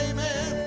Amen